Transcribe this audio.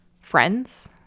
friends